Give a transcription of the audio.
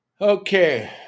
Okay